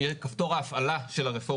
היה פקטור בעייתי בעניין כי בתוך הרשות